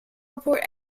report